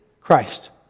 Christ